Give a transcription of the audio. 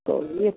तो ये